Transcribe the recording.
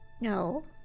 No